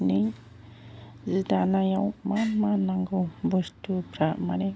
नि सि दानायाव मा मा नांगौ बुस्थुफ्रा माने